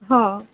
ହଁ